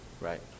Right